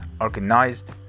organized